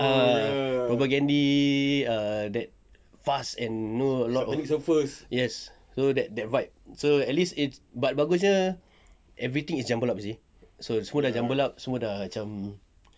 ah propagandhi err that fast and know a lot of yes so that that vibe so at least it's but bagusnya everything is jumble up you see so semua dah jumble up semua dah macam